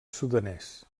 sudanès